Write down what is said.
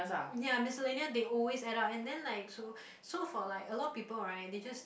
ya miscellaneous they always add up and then like so so for like a lot of people right they just